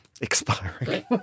Expiring